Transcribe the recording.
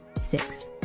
six